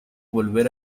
volver